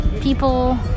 people